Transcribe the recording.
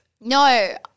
No